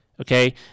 Okay